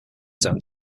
zone